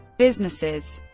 businesses